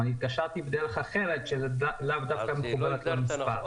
או כל דרך אחרת שלאו דווקא מחוברת למספר.